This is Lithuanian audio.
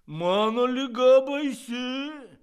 mano liga baisi